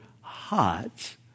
hot